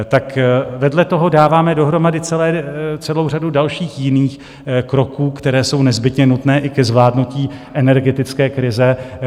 Tak vedle toho dáváme dohromady celou řadu dalších jiných kroků, které jsou nezbytně nutné i ke zvládnutí energetické krize.